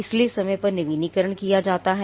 इसलिए समय पर नवीनीकरण किया जाता है